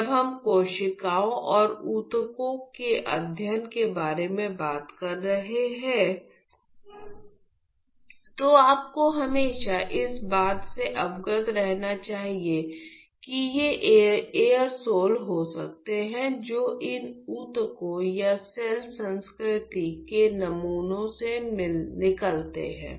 जब हम कोशिकाओं और ऊतकों के अध्ययन के बारे में बात कर रहे हैं तो आपको हमेशा इस बात से अवगत रहना चाहिए कि ये एरोसोल हो सकते हैं जो इन ऊतकों या सेल संस्कृति के नमूनों से निकलते हैं